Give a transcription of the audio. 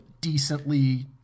decently